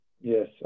Yes